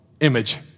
image